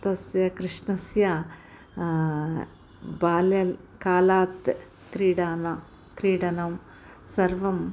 तस्य कृष्णस्य बाल्यकालात् क्रीडानं क्रीडनं सर्वं